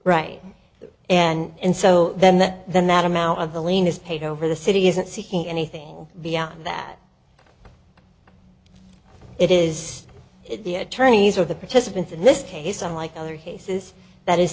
right and so then that then that amount of the lean is paid over the city isn't seeking anything beyond that it is the attorneys or the participants in this case unlike other cases that is